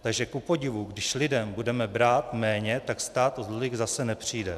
Takže kupodivu, když lidem budeme brát méně, tak stát o tolik zase nepřijde.